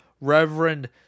Reverend